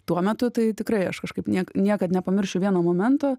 tuo metu tai tikrai aš kažkaip niekad niekad nepamiršiu vieno momento